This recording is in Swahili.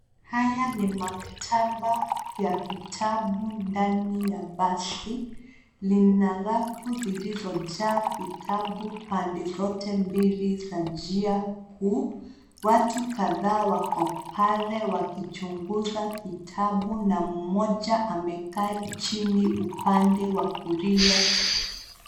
Haya ni maktaba vya vitabu ndani ya basi. Lina rafu zilizojaa vitabu pande zote mbili za njia kuu. Watu kadhaa wako pale wakichunguza vitabu na mmoja amekaa chini upande wa kulia.